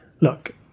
look